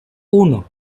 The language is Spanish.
uno